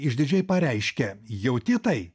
išdidžiai pareiškia jauti tai